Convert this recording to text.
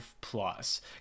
plus